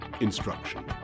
instruction